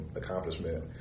accomplishment